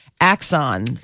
Axon